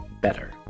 better